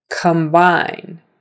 Combine